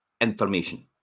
information